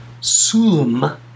sum